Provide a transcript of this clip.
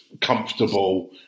comfortable